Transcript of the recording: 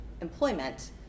employment